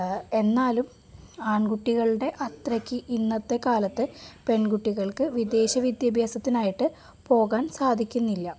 എന്നാലും ആൺകുട്ടികളുടെ അത്രയ്ക്ക് ഇന്നത്തെക്കാലത്ത് പെൺകുട്ടികൾക്ക് വിദേശ വിദ്യാഭ്യാസത്തിനായിട്ട് പോകാൻ സാധിക്കുന്നില്ല